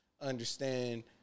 understand